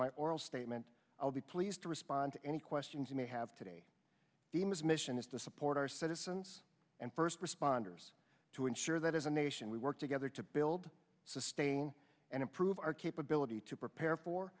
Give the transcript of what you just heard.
my oral statement i'll be pleased to respond to any questions you may have today his mission is to support our citizens and first responders to ensure that as a nation we work together to build sustain and improve our capability to prepare for